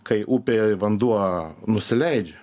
kai upėje vanduo nusileidžia